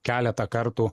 keletą kartų